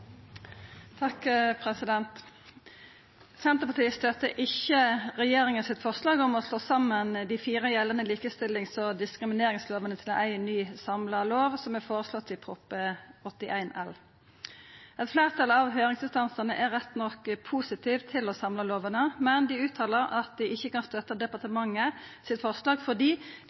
Senterpartiet støttar ikkje regjeringa sitt forslag om å slå saman dei fire gjeldande likestillings- og diskrimineringslovene til éi samla lov, slik det er føreslått i Prop. 81 L. Eit fleirtal av høyringsinstansane er rett nok positive til å samla lovene, men dei uttaler at dei ikkje kan støtta departementet sitt forslag fordi